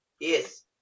Yes